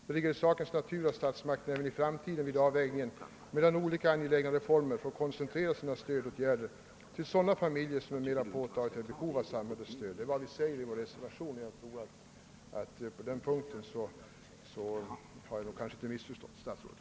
Det ligger i sakens natur, att statsmakterna även i framtiden vid avvägningen mellan olika angelägna reformer får koncentrera sina stödåtgärder till sådana familjer, som mera påtagligt är i behov av samhällets stöd.> Detta framhålles alltså i reservationen, och jag har velat anföra detta med anledning av statsrådet Odhbnoffs anförande.